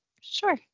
Sure